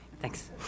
Thanks